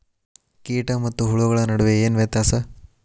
ಕೇಟ ಮತ್ತು ಹುಳುಗಳ ನಡುವೆ ಏನ್ ವ್ಯತ್ಯಾಸ?